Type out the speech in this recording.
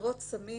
עבירות סמים